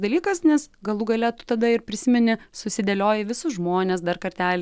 dalykas nes galų gale tada ir prisimeni susidėlioji visus žmones dar kartelį